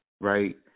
Right